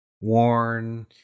worn